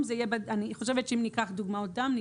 אני חושבת שאם ניקח דוגמאות דם היום,